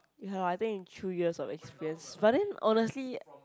ya I think through years of experience but then honestly